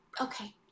Okay